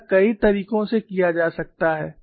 यह कई तरीकों से किया जा सकता है